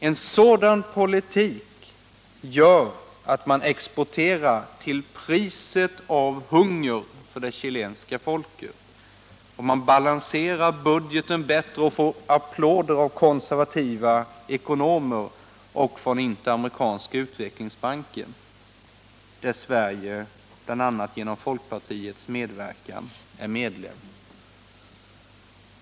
En sådan politik gör att man exporterar till priset av hunger för det chilenska folket, och man balanserar budgeten bättre och får applåder från konservativa ekonomer och från Interamerikanska utvecklingsbanken, där Sverige bl.a. genom folkpartiets medverkan är medlem.